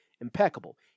impeccable